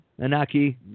Anaki